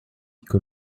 que